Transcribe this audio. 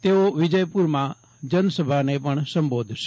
તેઓ વિજયપુરમાં જન સભાને પણ સંબોધશે